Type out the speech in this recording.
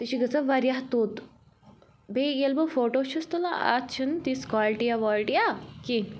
یہِ چھُ گژھان واریاہ توٚت بیٚیہِ ییٚلہِ بہٕ فوٹوٗ چھَس تُلان اَتھ چھِ نہٕ تِژھ کالٹیا والٹیا کیٚنٛہہ